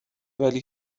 ولی